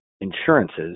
insurances